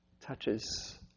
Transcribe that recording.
touches